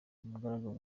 umugaragu